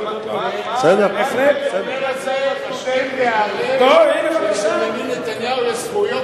אני אומר את זה השכם והערב: למר בנימין נתניהו יש זכויות